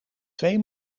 twee